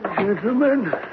Gentlemen